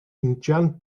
injan